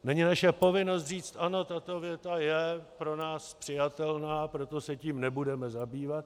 Není naše povinnost říct: ano, tato věta je pro nás přijatelná, a proto se tím nebudeme zabývat?